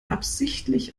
absichtlich